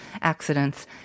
accidents